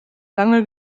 lange